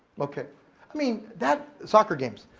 okay. i mean that, soccer games,